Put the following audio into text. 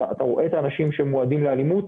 אתה רואה את האנשים שמועדים לאלימות,